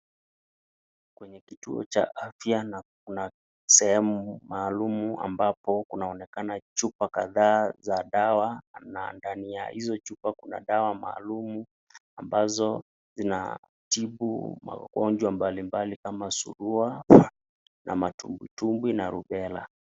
Kwenye kituo cha afya na kuna sehemu maalumu ambapo kunaonekana chupa kadhaa za dawa na ndani ya hizo chupa kuna dawa maalumu ambazo zinatibu magonjwa mbalimbali kama surua na matumbwi tumbwi na rubela.